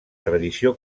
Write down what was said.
tradició